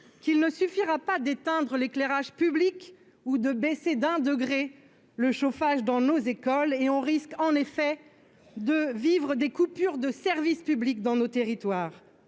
qu'il ne suffira pas d'éteindre l'éclairage public ou de baisser d'un degré le chauffage dans nos écoles et on risque en effet de vivres des coupures de service public dans nos territoires